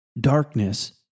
darkness